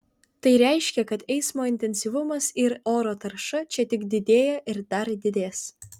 tai reiškia kad eismo intensyvumas ir oro tarša čia tik didėja ir dar didės